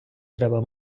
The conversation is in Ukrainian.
треба